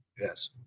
Yes